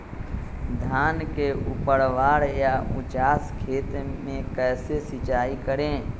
धान के ऊपरवार या उचास खेत मे कैसे सिंचाई करें?